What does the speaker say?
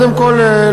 קודם כול,